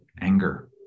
anger